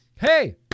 Hey